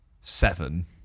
seven